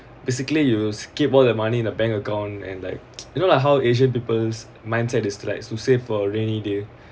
basically you will keep all your money in the bank account and like you know lah how asian people's mindset that's like to save for a rainy day